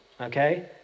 okay